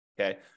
Okay